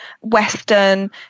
western